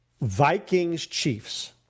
Vikings-Chiefs